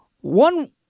one